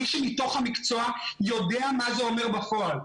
מי שמתוך המקצוע יודע מה זה אומר בפועל.